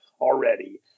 already